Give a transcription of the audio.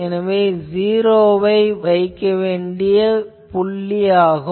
இதுவே ஜீரோவை வைக்க வேண்டிய புள்ளியாகும்